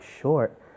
short